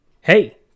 Hey